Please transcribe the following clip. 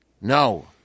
No